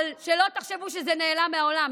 שלא תחשבו שזה נעלם מהעולם,